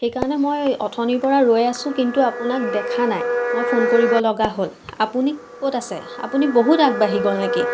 সেইকাৰণে মই অথনিৰ পৰা ৰৈ আছোঁ কিন্তু আপোনাক দেখা নাই মই ফোন কৰিব লগা হ'ল আপুনি ক'ত আছে আপুনি বহুত আগবাঢ়ি গ'ল নেকি